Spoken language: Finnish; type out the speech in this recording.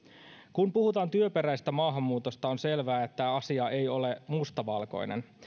kun puhutaan työperäisestä maahanmuutosta on selvää että asia ei ole mustavalkoinen